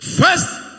first